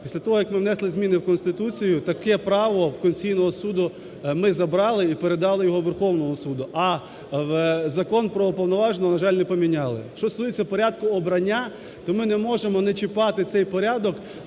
Після того як ми внесли зміни в Конституцію таке право в Конституційного Суду ми забрали і передали його Верховному Суду, а Закон про уповноваженого, на жаль, не поміняли. Щодо стосується порядку обрання, то ми не можемо не чіпати цей порядок,